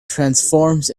transforms